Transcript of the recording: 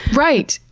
right!